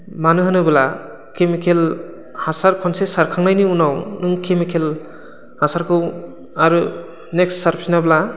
मानो होनोब्ला केमिकेल हासार खनसे सारखांनायनि उनाव नों केमिकेल हासारखौ आरो नेक्स्ट सारफिनाब्ला